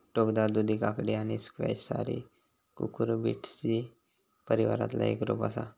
टोकदार दुधी काकडी आणि स्क्वॅश सारी कुकुरबिटेसी परिवारातला एक रोप असा